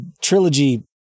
trilogy